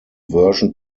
version